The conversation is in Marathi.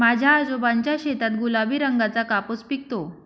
माझ्या आजोबांच्या शेतात गुलाबी रंगाचा कापूस पिकतो